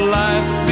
life